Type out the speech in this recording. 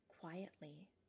quietly